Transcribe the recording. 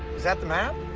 that the map?